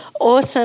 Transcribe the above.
awesome